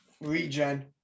regen